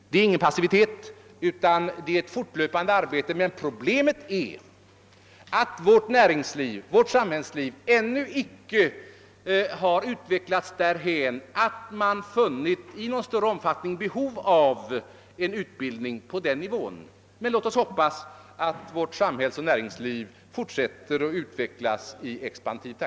Det är ingen passivitet, utan det är ett fortlöpande arbete, men problemet är att vårt näringsliv, vårt samhällsliv, ännu icke har utvecklats därhän, att man i någon större omfattning funnit behov av utveckling på den nivån.